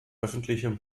öffentlichem